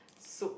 soup